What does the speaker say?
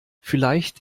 vielleicht